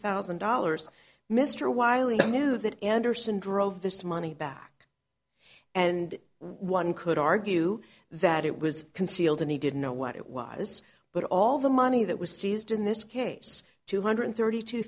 thousand dollars mr wiley knew that anderson drove this money back and one could argue that it was concealed and he didn't know what it was but all the money that was seized in this case two hundred thirty two